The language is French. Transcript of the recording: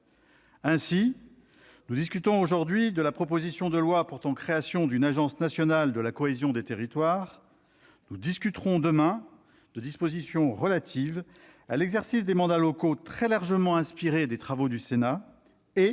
Ainsi, nous discutons aujourd'hui de la proposition de loi portant création d'une Agence nationale de la cohésion des territoires, et nous discuterons demain de dispositions relatives à l'exercice des mandats locaux très largement inspirées des travaux du Sénat et